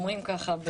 אומרים ככה,